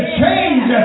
change